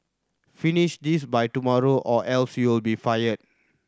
finish this by tomorrow or else you'll be fired